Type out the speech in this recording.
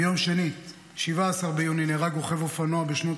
ביום שני 17 ביוני נהרג רוכב אופנוע בשנות